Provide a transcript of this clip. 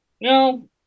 No